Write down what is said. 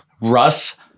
Russ